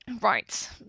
Right